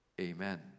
Amen